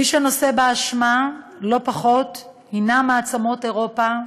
מי שנושא באשמה לא פחות הנן מעצמות אירופה,